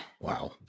Wow